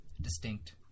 Distinct